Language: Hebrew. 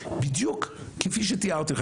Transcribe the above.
בדיוק כפי שתיארתי לך.